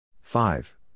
five